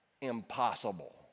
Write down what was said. impossible